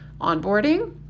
onboarding